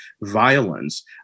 violence